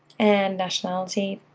and nationality.